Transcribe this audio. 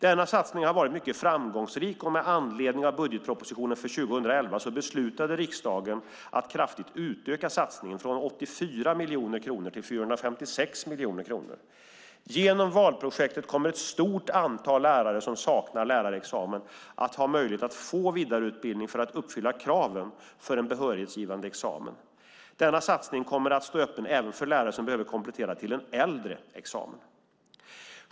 Denna satsning har varit mycket framgångsrik, och med anledning av budgetpropositionen för 2011 beslutade riksdagen att kraftigt utöka satsningen, från 84 miljoner kronor till 456 miljoner kronor. Genom VAL-projektet kommer ett stort antal lärare som saknar lärarexamen att ha möjlighet att få vidareutbildning för att uppfylla kraven för en behörighetsgivande examen. Denna satsning kommer att stå öppen även för lärare som behöver komplettera till en äldre examen.